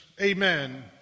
amen